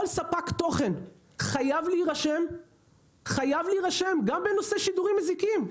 ספק תוכן חייב להירשם גם בנושא שידורים מזיקים,